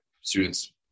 students